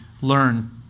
learn